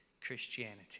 Christianity